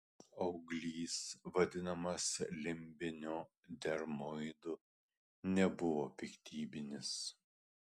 auglys vadinamas limbiniu dermoidu nebuvo piktybinis